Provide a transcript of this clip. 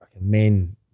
men